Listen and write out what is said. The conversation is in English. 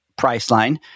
Priceline